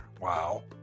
wow